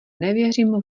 nevěřím